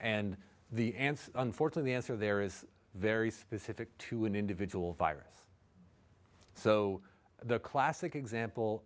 and the answer unfortunately answer there is very specific to an individual virus so the classic example